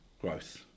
growth